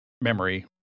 memory